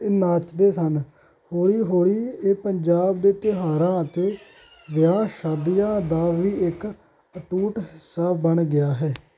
ਇਹ ਨੱਚਦੇ ਸਨ ਹੌਲੀ ਹੌਲੀ ਇਹ ਪੰਜਾਬ ਦੇ ਤਿਉਹਾਰਾਂ ਅਤੇ ਵਿਆਹ ਸ਼ਾਦੀਆਂ ਦਾ ਵੀ ਇੱਕ ਅਟੁੱਟ ਹਿੱਸਾ ਬਣ ਗਿਆ ਹੈ